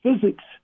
Physics